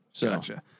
Gotcha